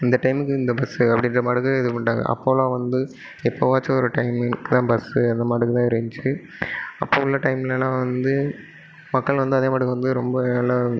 இந்த டைமுக்கு இந்த பஸ்ஸு அப்படின்றமாட்டுக்கு இது பண்ணிவிட்டாங்க அப்போலாம் வந்து எப்போவாச்சும் ஒரு டைமுக்கு தான் பஸ்ஸு அந்தமாட்டுக்கு தான் இருந்துச்சு அப்போது உள்ள டைம்லெலாம் வந்து மக்கள் வந்து அதேமாட்டுக்கு வந்து ரொம்ப நல்லா